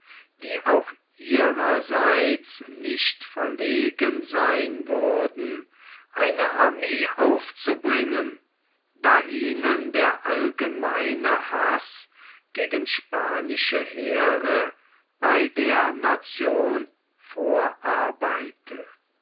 die auch ihrerseits nicht verlegen sein würden eine armee aufzubringen da ihnen der allgemeine haß gegen spanische heere bei der nation vorarbeite